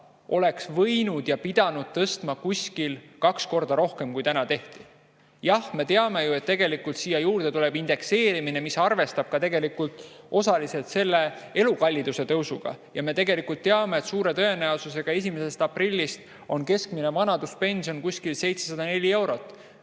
oleks võinud ja pidanud tõstma kuskil kaks korda rohkem, kui täna tehti. Jah, me teame ju, et tegelikult siia juurde tuleb indekseerimine, mis arvestab ka tegelikult osaliselt selle elukalliduse tõusuga, ja me tegelikult teame, et suure tõenäosusega 1. aprillist on keskmine vanaduspension kuskil 704 eurot.